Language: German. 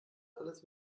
alles